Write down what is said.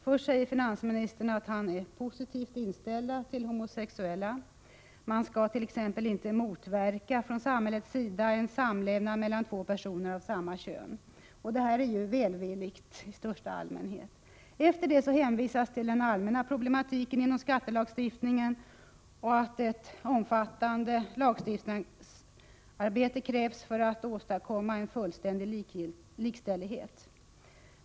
Först säger finansministern att han är positivt inställd till homosexuella. Man skall t.ex. inte motverka från samhällets sida en samlevnad mellan två personer av samma kön. Det är ju välvilligt i största allmänhet. Efter det hänvisas till den allmänna problematiken inom skattelagstiftningen och att ett omfattande lagstiftningsarbete krävs för att åstadkomma fullständig likställighet.